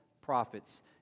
prophets